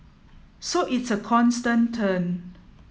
so it's a constant turn